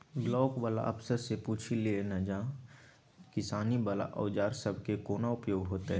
Block बला अफसरसँ पुछि लए ना जे किसानी बला औजार सबहक कोना उपयोग हेतै?